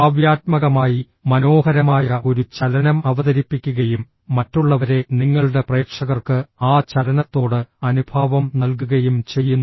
കാവ്യാത്മകമായി മനോഹരമായ ഒരു ചലനം അവതരിപ്പിക്കുകയും മറ്റുള്ളവരെ നിങ്ങളുടെ പ്രേക്ഷകർക്ക് ആ ചലനത്തോട് അനുഭാവം നൽകുകയും ചെയ്യുന്നു